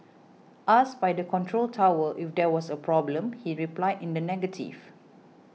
asked by the control tower if there was a problem he replied in the negative